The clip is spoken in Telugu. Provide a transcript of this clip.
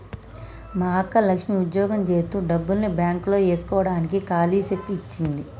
మా అక్క లక్ష్మి ఉద్యోగం జేత్తు డబ్బుల్ని బాంక్ లో ఏస్కోడానికి కాలీ సెక్కు ఇచ్చింది